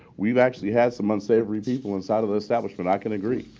we've actually had some unsavory people inside of the establishment. i can agree.